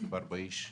מדובר באיש ערכי,